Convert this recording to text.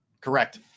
Correct